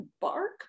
bark